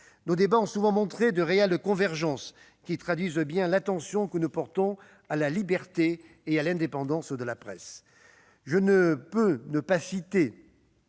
Nos débats ont souvent montré de réelles convergences, traduisant bien l'attention que nous portons à la liberté et à l'indépendance de la presse.